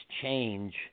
change